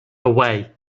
away